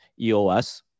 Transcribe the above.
EOS